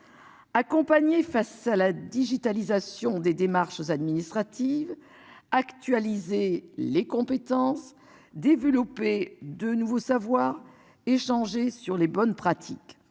Accompagner face à la digitalisation des démarches administratives actualiser les compétences développer de nouveaux savoirs échanger sur les bonnes pratiques.